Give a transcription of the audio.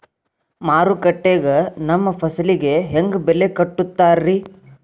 ಮಾರುಕಟ್ಟೆ ಗ ನಮ್ಮ ಫಸಲಿಗೆ ಹೆಂಗ್ ಬೆಲೆ ಕಟ್ಟುತ್ತಾರ ರಿ?